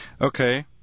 Okay